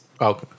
okay